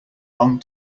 long